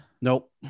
nope